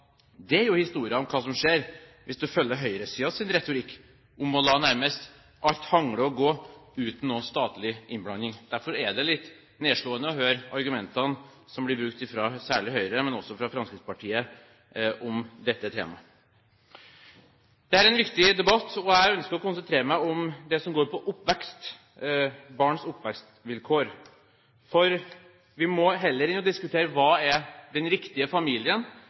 Det er jo historien om hva som skjer hvis du følger høyresidens retorikk om nærmest å la alt hangle og gå uten noen statlig innblanding. Derfor er det litt nedslående å høre argumentene som blir brukt, særlig fra Høyre, men også fra Fremskrittspartiet om dette temaet. Det er en viktig debatt, og jeg ønsker å konsentrere meg om det som går på oppvekst, barns oppvekstvilkår. For heller enn å diskutere hva som er den riktige familien,